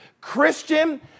Christian